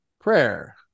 prayer